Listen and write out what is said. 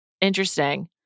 Interesting